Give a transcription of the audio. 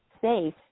safe